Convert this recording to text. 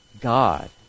God